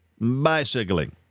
bicycling